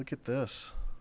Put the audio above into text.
look at this